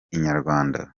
inyarwanda